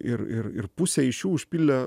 ir ir ir pusė iš jų užpildė